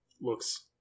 looks